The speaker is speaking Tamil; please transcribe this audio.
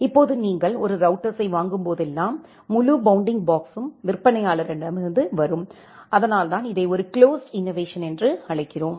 இப்போது நீங்கள் ஒரு ரௌட்டர்ஸ்ஸை வாங்கும்போதெல்லாம் முழு பவுண்டிங் பாக்ஸ்யும் விற்பனையாளரிடமிருந்து வரும் அதனால்தான் இதை ஒரு குளோஸ்டு இன்னோவேஷன் என்று அழைக்கிறோம்